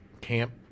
camp